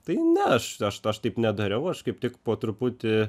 tai ne aš aš aš taip nedariau aš kaip tik po truputį